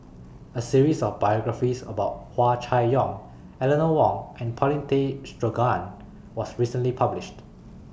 A series of biographies about Hua Chai Yong Eleanor Wong and Paulin Tay Straughan was recently published